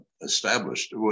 established